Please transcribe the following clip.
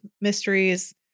mysteries